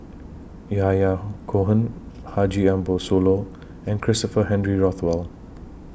Yahya Cohen Haji Ambo Sooloh and Christopher Henry Rothwell